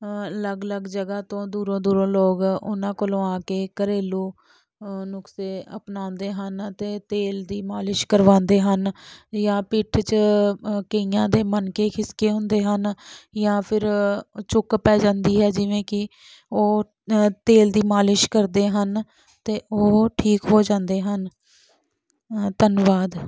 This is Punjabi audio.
ਅਲੱਗ ਅਲੱਗ ਜਗ੍ਹਾ ਤੋਂ ਦੂਰੋਂ ਦੂਰੋਂ ਲੋਕ ਉਹਨਾਂ ਕੋਲੋਂ ਆ ਕੇ ਘਰੇਲੂ ਨੁਸਖੇ ਅਪਣਾਉਂਦੇ ਹਨ ਅਤੇ ਤੇਲ ਦੀ ਮਾਲਸ਼ ਕਰਵਾਉਂਦੇ ਹਨ ਜਾਂ ਪਿੱਠ 'ਚ ਕਈਆਂ ਦੇ ਮਣਕੇ ਖਿਸਕੇ ਹੁੰਦੇ ਹਨ ਜਾਂ ਫਿਰ ਚੁੱਕ ਪੈ ਜਾਂਦੀ ਹੈ ਜਿਵੇਂ ਕਿ ਉਹ ਤੇਲ ਦੀ ਮਾਲਸ਼ ਕਰਦੇ ਹਨ ਅਤੇ ਉਹ ਠੀਕ ਹੋ ਜਾਂਦੇ ਹਨ ਧੰਨਵਾਦ